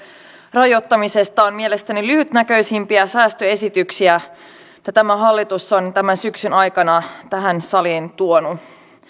rajoittamisesta on mielestäni lyhytnäköisimpiä säästöesityksiä mitä tämä hallitus on tämän syksyn aikana tähän saliin tuonut